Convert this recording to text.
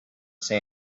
say